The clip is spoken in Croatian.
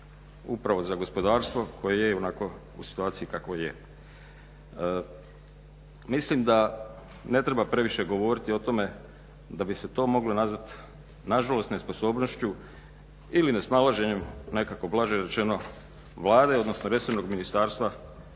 upravo za gospodarstvo koje je ionako u situaciji kakvoj je. Mislim da ne treba previše govoriti o tome da bi se to moglo nazvati na žalost nesposobnošću ili nesnalaženjem nekako blaže rečeno Vlade odnosno resornog ministarstva